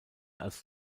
als